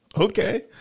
Okay